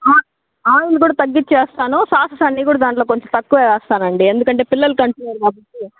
ఆ కారం కూడా తగ్గించి వేస్తాను సాసస్ అన్ని కూడా దానిలో కొంచెం తక్కువే వేస్తానండి ఎందుకంటే పిల్లలకంటున్నారు కాబట్టి